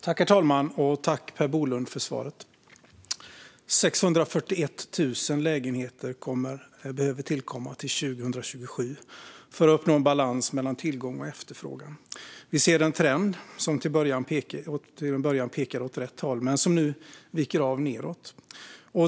Herr talman! Tack, Per Bolund, för svaret! Till 2027 behöver det tillkomma 641 000 lägenheter för att vi ska uppnå en balans mellan tillgång och efterfrågan. Vi ser en trend som till en början pekade åt rätt håll men som nu viker av nedåt.